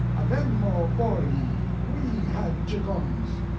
avemmo polli, we had chickens!